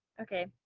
ok.